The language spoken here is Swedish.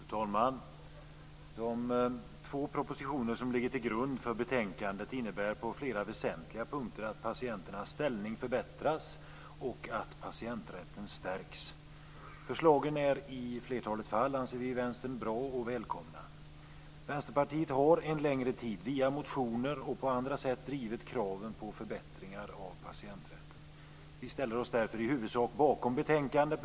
Fru talman! De två propositioner som ligger till grund för betänkandet innebär på flera väsentliga punkter att patienternas ställning förbättras och att patienträtten stärks. Förslagen är, anser vi i Vänstern, i flertalet fall bra och välkomna. Vänsterpartiet har en längre tid via motioner och på andra sätt drivit kraven på förbättringar av patienträtten. Vi ställer oss därför i huvudsak bakom betänkandet.